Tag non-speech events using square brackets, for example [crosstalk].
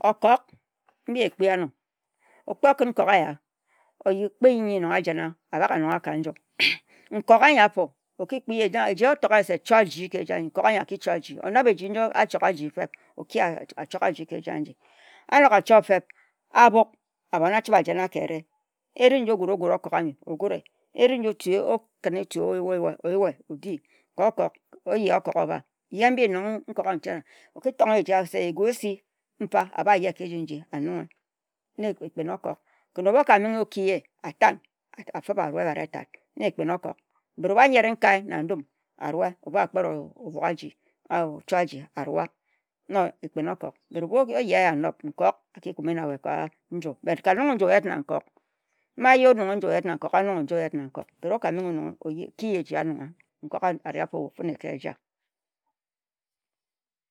Okok mbi ekpi ano, okpi okin nkok eyi okpi nyi nong ajena abak anungha ka nju [noise] nkok ayi afo ano, okpi nyi otor nyi ator nyi achor aji ka aji angi. A nok a chor fem, a buk, ohbon achibe a jena ka ehri eri nji ogu rugu re, ehri nji owue owue, owue odi. Ka oyehe okok obhe. Okitonghe mbi eji nji onunghe egu esi, okijen obha nunghe na ekpin okok kan obu oka menghe okiye afehe aruwa ebhat etat kan obu akpet orhyere nkae aruwa ka erie. Obu akpet ochor aji aruwa na ekpin okok. Obu oye he anot aki joi na we kan ka nunghe ka nju na okok. Ma ayi onunghe ka nju na obok ma ayi onunghe na okok a nunghe na okok.